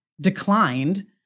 declined